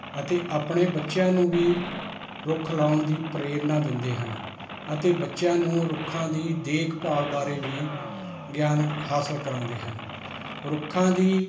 ਅਤੇ ਆਪਣੇ ਬੱਚਿਆਂ ਨੂੰ ਵੀ ਰੁੱਖ ਲਗਾਉਣ ਦੀ ਪ੍ਰੇਰਨਾ ਦਿੰਦੇ ਹਨ ਅਤੇ ਬੱਚਿਆਂ ਨੂੰ ਰੁੱਖਾਂ ਦੀ ਦੇਖਭਾਲ ਬਾਰੇ ਵੀ ਗਿਆਨ ਹਾਸਲ ਕਰਵਾਉਂਦੇ ਹਨ ਰੁੱਖਾਂ ਦੀ